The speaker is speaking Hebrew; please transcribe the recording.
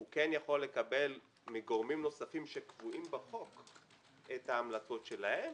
הוא יכול לקבל מגורמים נוספים שקבועים בחוק את ההמלצות שלהם,